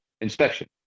inspection